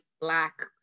black